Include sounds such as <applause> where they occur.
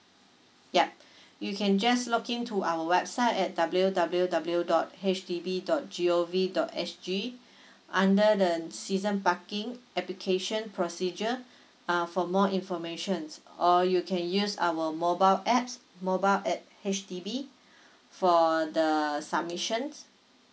yup <breath> you can just looking to our website at W W W dot H D B dot G O V dot S G <breath> under the season parking application procedure <breath> uh for more informations or you can use our mobile apps mobile at H_D_B for <breath> the submissions